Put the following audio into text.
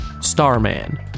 Starman